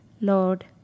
Lord